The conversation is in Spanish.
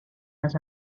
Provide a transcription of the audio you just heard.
las